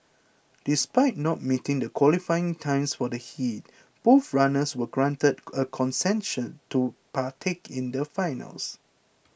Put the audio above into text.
despite not meeting the qualifying time for the heat both runners were granted a concession to partake in the finals